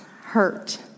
hurt